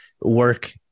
work